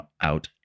out